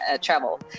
travel